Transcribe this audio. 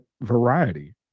variety